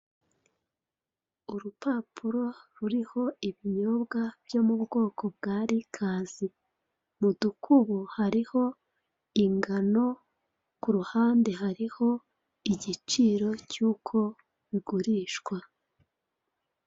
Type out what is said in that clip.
Urupapuro ruriho ibinyobwa byo mubwoko bwa liquors, mudukubo hariho ingano, kuruhande hariho igiciro cy'uko bigurishwa.